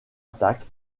attaque